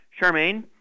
Charmaine